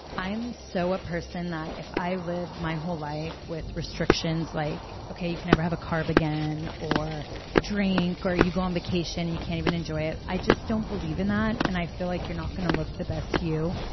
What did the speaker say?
i'm so a person that if i live my whole life with restrictions like, okay. you can never have a carb again, or drink, or you go on vacation and you can't even enjoy it. i just don't believe in that. and i feel like you're not going to look the best you,